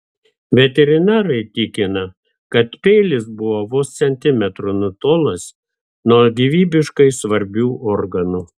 veterinarai tikina kad peilis buvo vos centimetru nutolęs nuo gyvybiškai svarbių organų